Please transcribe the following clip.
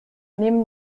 neben